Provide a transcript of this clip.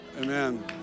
Amen